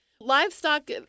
Livestock